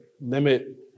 limit